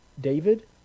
David